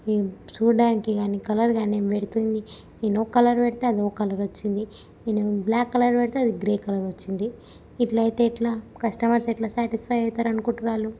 ఏ చూడ్డానికి కానీ కలర్ కానీ నేను పెడుతుంది నేను ఒక కలర్ పెడితే అదో కలర్ వచ్చింది నేను బ్లాక్ కలర్ పెడితే అది గ్రే కలర్ వచ్చింది ఇట్లయితే ఎట్లా కస్టమర్స్ ఎలా స్యాటిస్ఫై అవుతారనుకుంటున్నారు వాళ్ళు